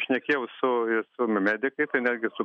šnekėjau su su nu medikai tai netgi su